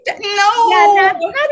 no